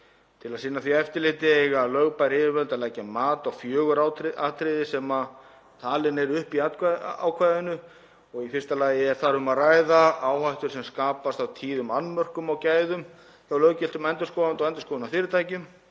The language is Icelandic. Til að sinna því eftirliti eiga lögbær yfirvöld að leggja mat á fjögur atriði sem talin eru upp í ákvæðinu. Í fyrsta lagi er þar um að ræða áhættu sem skapast af tíðum annmörkum á gæðum hjá löggiltum endurskoðanda og endurskoðunarfyrirtæki.